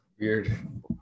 Weird